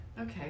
Okay